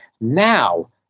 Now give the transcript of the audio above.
Now